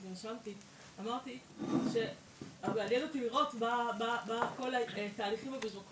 אני אמא לשני ילדים מדהימים.